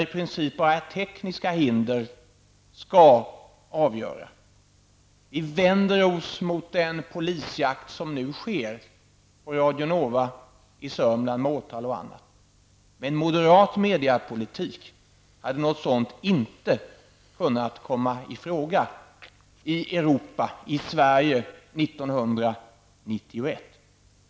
I princip skall bara tekniska hinder avgöra. Vi vänder oss därför mot den polisjakt som nu pågår mot Radio Nova i Södermanland med åtal och annat. Med en moderat mediepolitik hade något sådant inte kunnat komma i fråga i Europa, i Sverige, 1991.